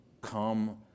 come